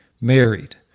married